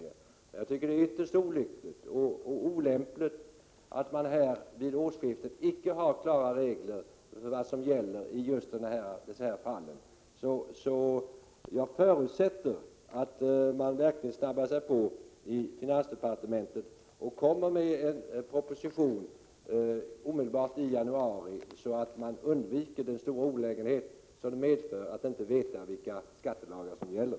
Men jag tycker att det är ytterst olyckligt och olämpligt att man vid årsskiftet inte har klara regler för vad som gäller i just dessa fall. Jag förutsätter därför att man verkligen snabbar på i finansdepartementet och kommer med en proposition omedelbart i januari, så att man undviker den stora olägenhet det medför att inte veta vilka skattelagar som gäller.